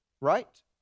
right